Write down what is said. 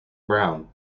brown